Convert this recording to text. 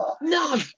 No